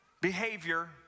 behavior